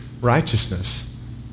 righteousness